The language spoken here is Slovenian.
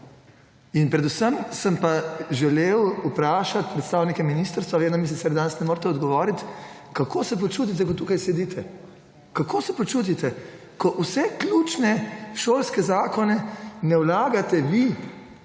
Predvsem sem pa želel vprašati predstavnike ministrstva – vem, da mi sicer danes ne morete odgovoriti -, kako se počutite, ko tu sedite. Kako se počutite, ko vseh ključnih šolskih zakonov ne vlagate vi,